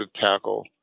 tackle